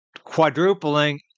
quadrupling